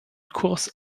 kurs